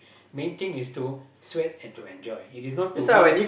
main thing is to sweat and to enjoy it is not to win